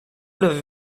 l’avez